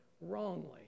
Wrongly